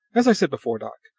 as i said before, doc,